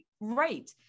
right